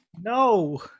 No